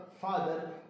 father